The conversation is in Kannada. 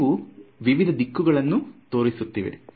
ಇವು ವಿವಿಧ ದಿಕ್ಕುಗಳಿಗೆ ತೋರಿಸುತ್ತಿವೆ